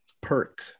perk